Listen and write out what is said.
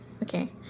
okay